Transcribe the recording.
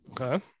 Okay